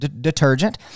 detergent